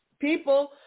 people